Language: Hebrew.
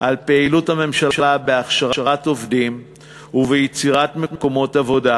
על פעילות הממשלה בהכשרת עובדים וביצירת מקומות עבודה,